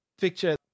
picture